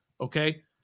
Okay